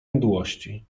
mdłości